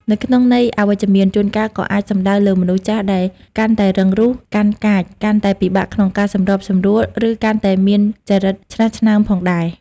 នៅក្នុងន័យអវិជ្ជមាន ជួនកាលក៏អាចសំដៅលើមនុស្សចាស់ដែលកាន់តែរឹងរូស កាន់កាច កាន់តែពិបាកក្នុងការសម្របសម្រួល ឬកាន់តែមានចរិតឆ្នាស់ឆ្នើមផងដែរ។